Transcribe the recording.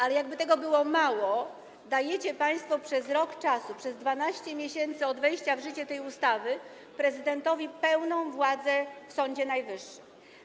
Ale jakby tego było mało, dajecie państwo przez rok, przez 12 miesięcy od wejścia w życie tej ustawy prezydentowi pełną władzę w Sądzie Najwyższym.